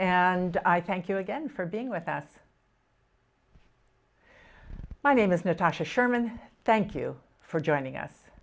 and i thank you again for being with us my name is natasha sherman thank you for joining us